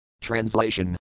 translation